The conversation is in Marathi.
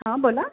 हां बोला